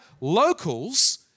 locals